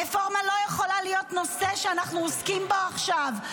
הרפורמה לא יכולה להיות נושא שאנחנו עוסקים בו עכשיו.